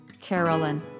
Carolyn